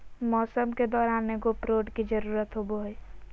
मौसम के दौरान एगो प्रोड की जरुरत होबो हइ